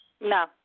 No